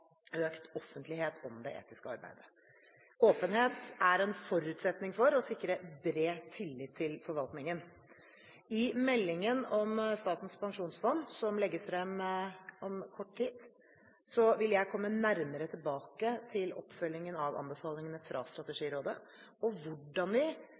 økt offentlighet om det etiske arbeidet. Åpenhet er en forutsetning for å sikre bred tillit til forvaltningen. I meldingen om Statens pensjonsfond utland, som legges frem om kort tid, vil jeg komme nærmere tilbake til oppfølgingen av anbefalingene fra Strategirådet og hvordan vi